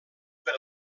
per